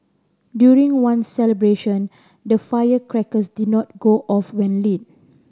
during one celebration the firecrackers did not go off when lit